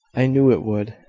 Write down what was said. i knew it would.